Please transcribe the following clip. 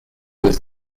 was